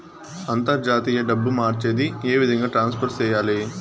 అంతర్జాతీయ డబ్బు మార్చేది? ఏ విధంగా ట్రాన్స్ఫర్ సేయాలి?